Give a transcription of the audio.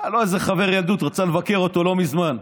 איזה חבר ילדות, הוא רצה לבקר אותו לא מזמן.